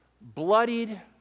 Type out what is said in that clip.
bloodied